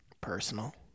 Personal